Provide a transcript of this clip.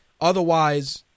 Otherwise